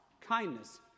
kindness